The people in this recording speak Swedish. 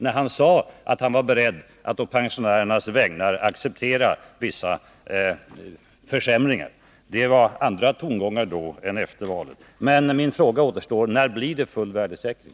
Hans Hansson sade att han var beredd att å pensionärernas vägnar acceptera vissa försämringar. Det är andra tongångar hos Olof Palme nu än före valet. Min fråga återstår emellertid: När blir det full värdesäkring?